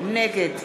נגד